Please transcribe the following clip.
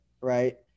right